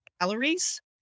calories